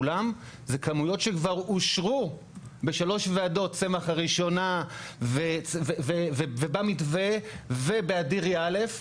כולם זה כמויות שכבר אושרו בשלוש ועדות צמח הראשונה ובמתווה ובאדירי א'.